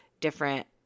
different